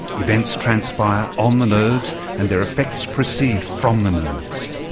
events transpire on the nerves and their effects precede from the nerves.